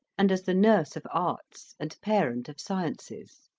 and as the nurse of arts and parent of sciences.